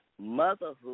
motherhood